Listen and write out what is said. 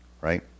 right